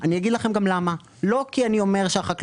עד כאן אני מסכים,